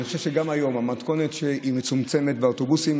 אני חושב שגם היום המתכונת היא מצומצמת באוטובוסים.